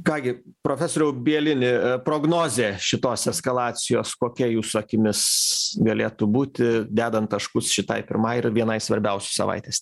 ką gi profesoriau bielini prognozė šitos eskalacijos kokia jūsų akimis galėtų būti dedant taškus šitai pirmai ir vienai svarbiausių savaitės